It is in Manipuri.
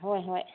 ꯍꯣꯏ ꯍꯣꯏ